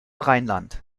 rheinland